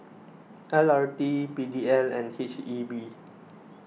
L R T P D L and H E B